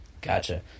Gotcha